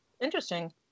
interesting